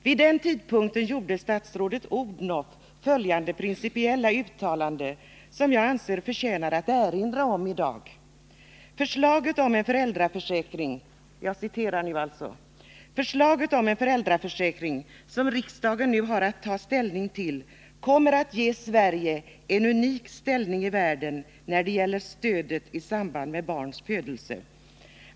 Vid den tidpunkten gjorde statsrådet Odhnoff följande principiella uttalande, som jag anser förtjänar att erinras om i dag: ”Förslaget om en föräldraförsäkring, som riksdagen nu har att ta ställning till, kommer att ge Sverige en unik ställning i världen när det gäller stödet i samband med barns födelse.